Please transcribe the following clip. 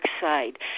side